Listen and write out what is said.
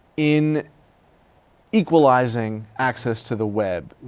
in equalizing access to the web?